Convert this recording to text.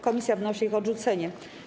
Komisja wnosi o ich odrzucenie.